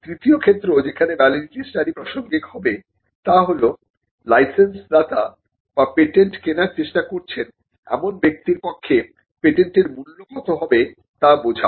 তৃতীয় ক্ষেত্র যেখানে ভ্যালিডিটি স্টাডি প্রাসঙ্গিক হবে তা হল লাইসেন্সদাতা বা পেটেন্ট কেনার চেষ্টা করছেন এমন ব্যক্তির পক্ষে পেটেন্টের মূল্য কত হবে তা বোঝা